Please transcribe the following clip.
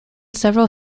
several